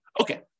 Okay